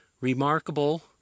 remarkable